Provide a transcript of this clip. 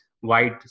white